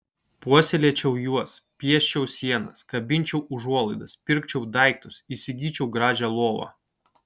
puoselėčiau juos pieščiau sienas kabinčiau užuolaidas pirkčiau daiktus įsigyčiau gražią lovą